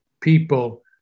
people